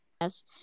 yes